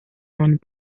manu